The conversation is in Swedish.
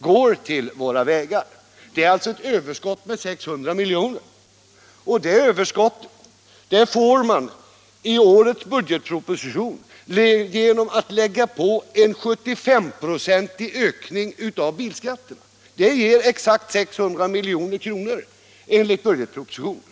Det blir alltså ett överskott i årets budgetproposition med 600 miljoner, och det överskottet får man genom en 75-procentig ökning av bilskatten. Den ger exakt 600 milj.kr. enligt budgetpropositionen.